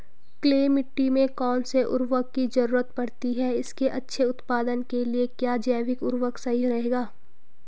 Clay मिट्टी में कौन से उर्वरक की जरूरत पड़ती है इसके अच्छे उत्पादन के लिए क्या जैविक उर्वरक सही रहेगा?